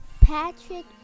Patrick